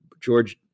George